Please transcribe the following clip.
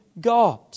God